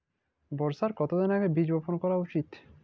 বর্ষার কতদিন আগে বীজ বপন করা উচিৎ?